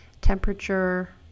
temperature